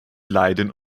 leiden